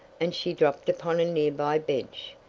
and she dropped upon a nearby bench.